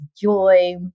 joy